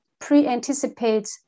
pre-anticipate